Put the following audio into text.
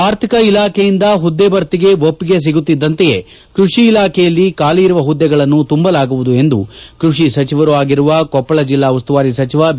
ಆರ್ಥಿಕ ಇಲಾಖೆಯಿಂದ ಹುದ್ದೆ ಭರ್ತಿಗೆ ಒಪ್ಪಿಗೆ ಸಿಗುತ್ತಿದ್ದಂತೆಯೇ ಕೃಷಿ ಇಲಾಖೆಯಲ್ಲಿ ಖಾಲಿಯಿರುವ ಹುದ್ದೆಗಳನ್ನು ತುಂಬಲಾಗುವುದು ಎಂದು ಕ್ಕಷಿ ಸಚಿವರೂ ಆಗಿರುವ ಕೊಪ್ಪಳ ಜಿಲ್ಲಾ ಉಸ್ತುವಾರಿ ಸಚಿವ ಬಿ